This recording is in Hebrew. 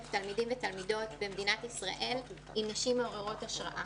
תלמידות ותלמידים במדינת ישראל עם נשים מעוררות השראה.